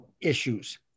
issues